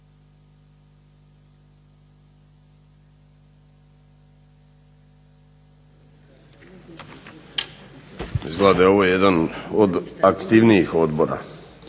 je ovo jedan od aktivnijih odbora.